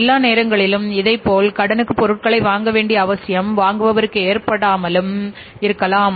எல்லா நேரங்களிலும் இதைப்போல் கடனுக்கு பொருட்களை வாங்க வேண்டிய அவசியம் வாங்குபவருக்கு ஏற்படாமலும் இருக்கலாம்